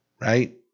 right